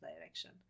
direction